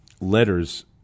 letters